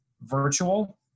virtual